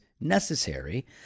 necessary